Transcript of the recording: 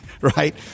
right